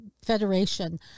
Federation